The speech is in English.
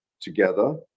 together